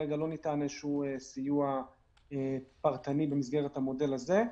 כרגע לא ניתן סיוע פרטני במסגרת המודל הזה.